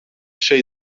şey